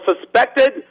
suspected